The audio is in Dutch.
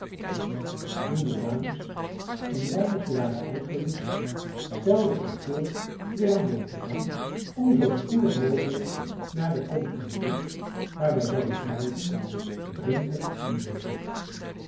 toen de dames een weinigje waren uitgerust stelde ik voor weer aan boord te gaan om zoo spoedig mogelijk naar de kom te roeien waar wij zouden drijven drinken en dwepen